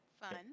Fun